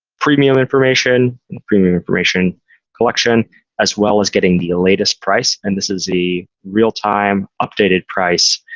premium information and premium information collection as well as getting the latest price. and this is a real time updated price,